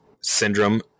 syndrome